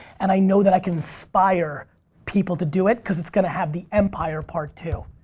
and i know that i can inspire people to do it cause it's gonna have the empire part, too.